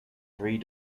three